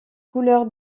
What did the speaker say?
couleur